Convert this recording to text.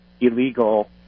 illegal